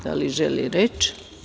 Da li želi reč?